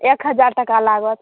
एक हजार टाका लागत